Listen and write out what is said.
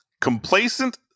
complacent